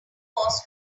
was